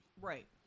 right